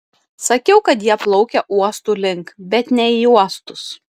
sakiau kad jie plaukia uostų link bet ne į uostus